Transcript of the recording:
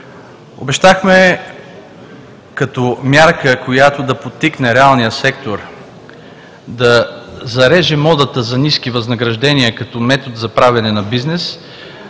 Обещахме като мярка, която да подтикне реални сектори, да зареже модата за ниски възнаграждения като метод за правене на бизнес,